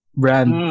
brand